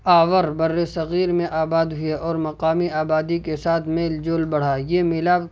آور برصغیر میں آباد ہوئے اور مقامی آبادی کے ساتھ میل جول بڑھا یہ ملاپ